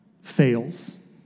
fails